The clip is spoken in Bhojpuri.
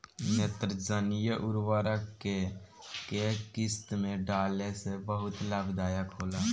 नेत्रजनीय उर्वरक के केय किस्त में डाले से बहुत लाभदायक होला?